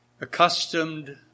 accustomed